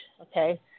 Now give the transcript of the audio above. okay